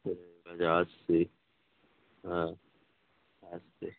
ঠিক আছে আসছি হ্যাঁ আসছি